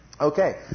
Okay